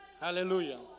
Hallelujah